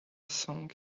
song